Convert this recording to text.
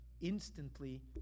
instantly